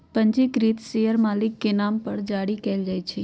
पंजीकृत शेयर मालिक के नाम पर जारी कयल जाइ छै